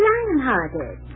Lionhearted